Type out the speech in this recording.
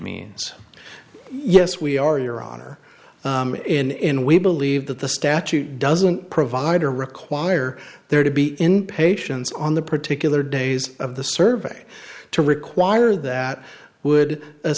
means yes we are your honor in we believe that the statute doesn't provide to require there to be in patients on the particular days of the survey to require that would